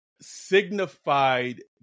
signified